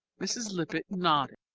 mrs. lippett nodded.